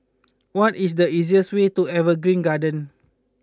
what is the easiest way to Evergreen Gardens